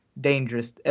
dangerous